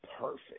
perfect